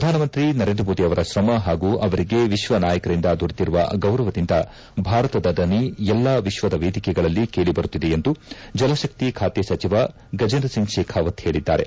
ಪ್ರಧಾನಮಂತ್ರಿ ನರೇಂದ್ರ ಮೋದಿ ಅವರ ಶ್ರಮ ಹಾಗೂ ಅವರಿಗೆ ವಿಶ್ವ ನಾಯಕರಿಂದ ದೊರೆತಿರುವ ಗೌರವದಿಂದ ಭಾರತದ ದನಿ ಎಲ್ಲಾ ವಿಶ್ವದ ವೇದಿಕೆಗಳಲ್ಲಿ ಕೇಳಿ ಬರುತ್ತಿದೆ ಎಂದು ಜಲಶಕ್ತಿ ಖಾತೆ ಸಚಿವ ಗಜೇಂದ್ರ ಸಿಂಗ್ ಶೇಖಾವತ್ ಹೇಳಿದ್ದಾರೆ